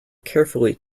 carefully